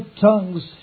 tongues